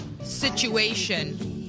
situation